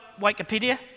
Wikipedia